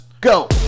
go